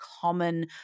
common